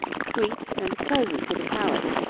sweet and pleasant to the palate,